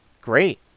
great